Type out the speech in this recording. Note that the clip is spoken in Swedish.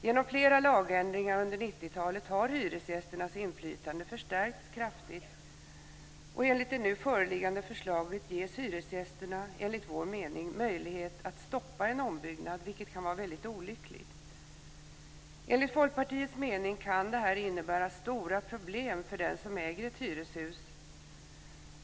Genom flera lagändringar under 90-talet har hyresgästernas inflytande förstärkts kraftigt. Enligt det nu föreliggande förslaget ges hyresgästerna, enligt vår mening, möjlighet att stoppa en ombyggnad, vilket kan vara väldigt olyckligt. Enligt Folkpartiets mening kan det här innebära stora problem för den som äger ett hyreshus.